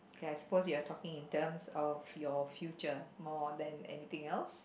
okay I suppose you are talking in terms of your future more than anything else